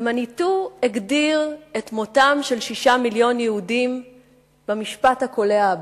ומניטו הגדיר את מותם של שישה מיליון יהודים במשפט הקולע הבא: